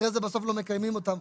אחרי זה בסוף לא מקיימים אותן.